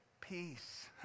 peace